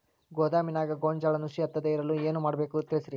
ಗೋದಾಮಿನ್ಯಾಗ ಗೋಂಜಾಳ ನುಸಿ ಹತ್ತದೇ ಇರಲು ಏನು ಮಾಡಬೇಕು ತಿಳಸ್ರಿ